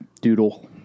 Doodle